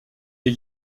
les